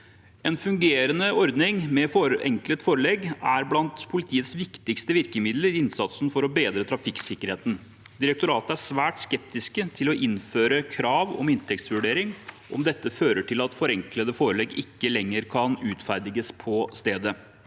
En fungerende ordning med forenklet forelegg er blant politiets viktigste virkemidler i innsatsen for å bedre trafikksikkerheten. Direktoratet er svært skeptisk til å innføre krav om inntektsvurdering om dette fører til at forenklede forelegg ikke lenger kan utferdiges på stedet.